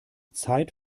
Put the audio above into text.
zeit